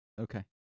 Okay